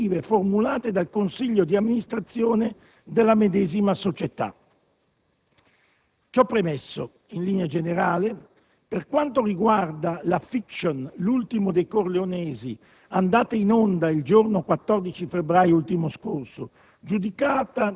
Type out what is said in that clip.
e le direttive formulate dal consiglio di amministrazione della medesima società. Ciò premesso in linea generale, per quanto riguarda la *fiction* «L'ultimo dei Corleonesi» andata in onda il giorno 14 febbraio ultimo scorso,